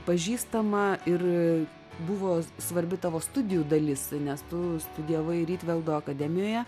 pažįstama ir buvo svarbi tavo studijų dalis nes tu studijavai ritveldo akademijoje